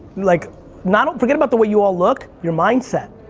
like not, forget about the way you all look, your mindset,